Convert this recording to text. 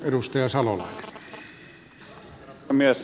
arvoisa herra puhemies